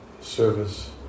service